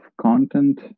content